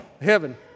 Heaven